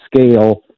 scale